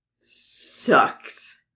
sucks